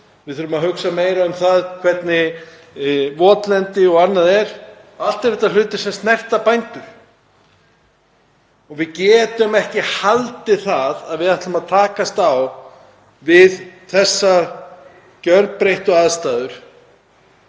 Við þurfum að hugsa meira um votlendi og annað. Allt eru þetta hlutir sem snerta bændur. Við getum ekki haldið að við ætlum að takast á við þessar gjörbreyttu aðstæður